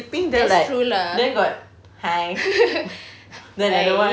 that's true lah hi